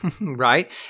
right